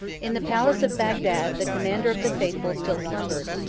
in the palace of bagdad, the commander of the faithful still slumbered,